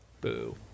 Boo